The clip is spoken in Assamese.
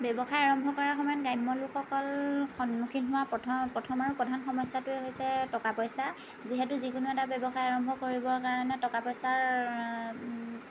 ব্য়ৱসায় আৰম্ভ কৰা সময়ত গ্ৰাম্য় লোকসকল সন্মুখীন হোৱা প্ৰথম প্ৰথম আৰু প্ৰধান সমস্য়াটোৱেই হৈছে টকা পইচা যিহেতু যিকোনো এটা ব্য়ৱসায় আৰম্ভ কৰিবৰ কাৰণে টকা পইচাৰ